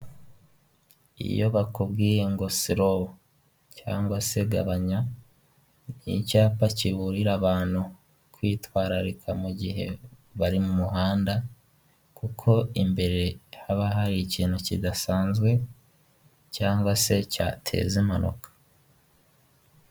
Inzu z'ubucuruzi akenshi bazikangurira kuzigereka kugira ngo hirindwe gutakaza ubuso bunini bw'ubutaka bwagakwiye gukorerwaho ibikorwa bitandukanye.